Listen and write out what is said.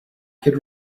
could